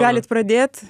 galit pradėt